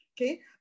okay